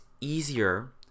easier